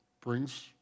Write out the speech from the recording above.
brings